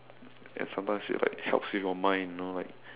and sometimes it like helps with your mind you know like